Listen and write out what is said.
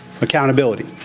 Accountability